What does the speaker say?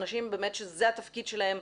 יש אנשים שזה התפקיד שלהם,